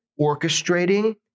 orchestrating